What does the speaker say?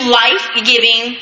life-giving